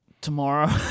Tomorrow